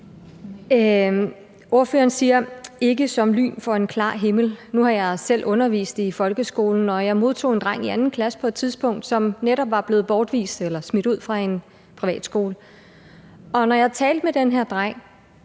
Ordføreren siger, at det ikke kommer som et lyn fra en klar himmel. Nu har jeg selv undervist i folkeskolen, og jeg modtog på et tidspunkt en dreng i 2. klasse, som netop var blevet bortvist eller smidt ud fra en privatskole. Jeg talte med den her dreng,